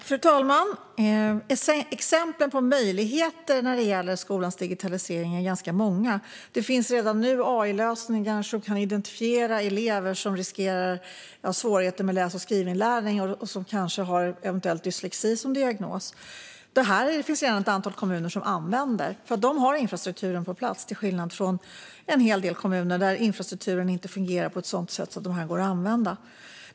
Fru talman! Exemplen på möjligheter när det gäller skolans digitalisering är ganska många. Det finns redan nu AI-lösningar som kan identifiera elever som riskerar att ha svårigheter med läs och skrivinlärning och eventuellt har diagnosen dyslexi. Detta används redan i ett antal kommuner som har infrastrukturen på plats, till skillnad från en hel del kommuner där infrastrukturen inte fungerar på ett sådant sätt att det går att använda.